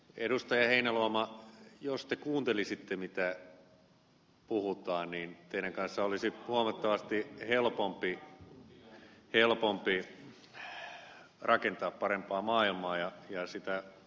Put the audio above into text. heinäluoma jos te kuuntelisitte mitä puhutaan niin teidän kanssanne olisi huomattavasti helpompi rakentaa parempaa maailmaa ja sitä oikeudenmukaista veromallia